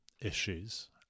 issues